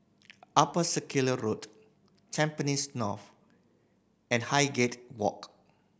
Upper Circular Road Tampines North and Highgate Walk